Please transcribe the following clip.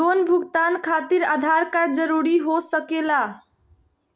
Loan भुगतान खातिर Aadhaar card जरूरी हो सके ला?